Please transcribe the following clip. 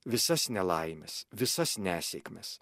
visas nelaimes visas nesėkmes